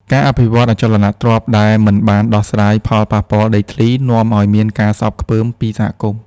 ការអភិវឌ្ឍអចលនទ្រព្យដែលមិនបានដោះស្រាយផលប៉ះពាល់ដីធ្លី នាំឱ្យមានការស្អប់ខ្ពើមពីសហគមន៍។